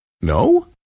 No